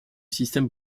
système